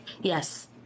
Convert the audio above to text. Yes